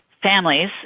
families